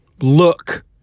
look